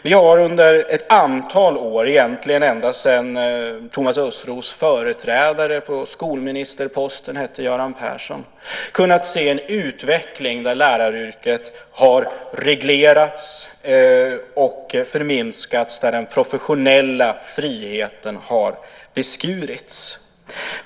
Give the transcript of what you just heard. Vi har under ett antal år - egentligen ända sedan Thomas Östros företrädare på skolministerposten hette Göran Persson - kunnat se en utveckling där läraryrket har reglerats och förminskats, där den professionella friheten har beskurits.